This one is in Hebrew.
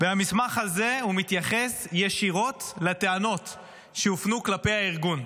והמסמך הזה מתייחס ישירות לטענות שהופנו כלפי הארגון,